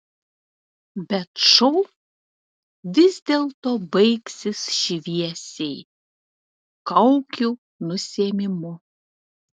bet šou vis dėlto baigsis šviesiai kaukių nusiėmimu